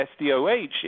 SDOH